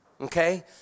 okay